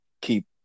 keep